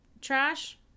trash